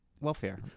welfare